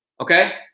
Okay